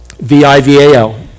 V-I-V-A-L